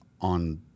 on